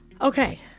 Okay